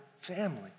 family